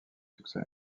succès